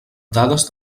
dades